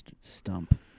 Stump